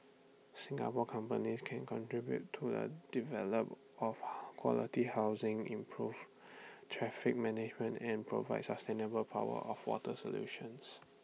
Singapore companies can contribute to the development of quality housing improve traffic management and provide sustainable power and water solutions